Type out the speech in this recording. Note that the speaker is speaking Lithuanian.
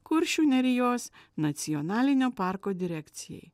kuršių nerijos nacionalinio parko direkcijai